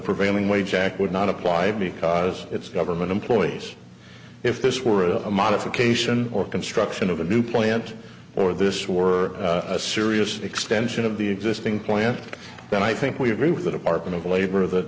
prevailing wage jack would not apply because it's government employees if this were a modification or construction of a new plant or this were a serious extension of the existing plant then i think we agree with the department of labor that